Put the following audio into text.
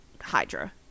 hydra